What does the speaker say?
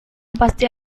pasti